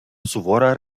сувора